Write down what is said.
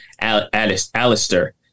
Alistair